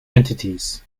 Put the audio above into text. entities